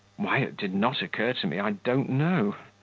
why it did not occur to me i don't know.